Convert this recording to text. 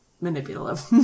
manipulative